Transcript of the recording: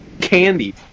candy